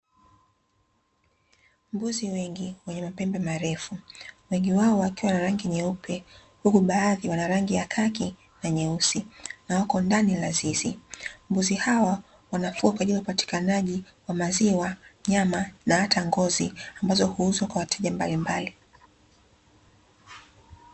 Mbuzi wengi wenye mapembe marefu wengi wao wakiwa na rangi nyeupe huku baadhi wana rangi ya kaki na nyeusi, na wako ndani ya zizi. Mbuzi hawa wanafaa katika upatikanaji wa maziwa, nyama na hata ngozi ambazo huuzwa kwa wateja mbalimbali.